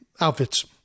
outfits